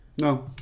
No